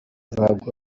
ruhago